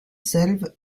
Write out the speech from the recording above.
selve